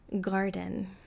garden